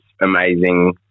amazing